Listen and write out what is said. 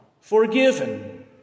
forgiven